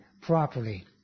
properly